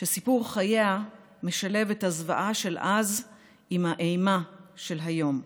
שסיפור חייה משלב את הזוועה של אז עם האימה של היום.